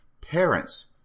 parents